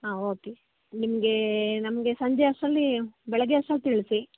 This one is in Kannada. ಹಾಂ ಓಕೆ ನಿಮಗೆ ನಮಗೆ ಸಂಜೆ ಅಷ್ಟರಲ್ಲಿ ಬೆಳಗ್ಗೆ ಅಷ್ಟ್ರಲ್ಲಿ ತಿಳಿಸಿ